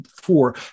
four